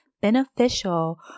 beneficial